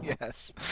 Yes